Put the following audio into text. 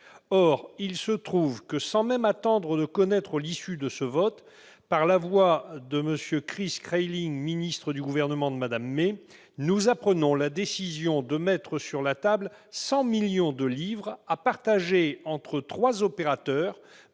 Or il se trouve que, sans même attendre de connaître l'issue de ce vote, par la voix de Chris Grayling, ministre du gouvernement de Mme May, nous apprenons la décision de mettre sur la table 100 millions de livres à partager entre trois opérateurs,